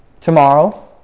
tomorrow